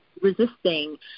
resisting